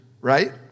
right